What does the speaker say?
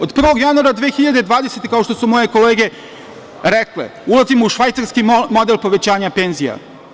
Od 1. januara 2020. godine, kao što su moje kolege rekle, ulazimo u švajcarski model povećanja penzija.